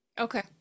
okay